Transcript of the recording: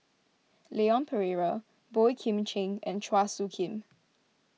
Leon Perera Boey Kim Cheng and Chua Soo Khim